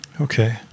Okay